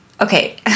Okay